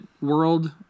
world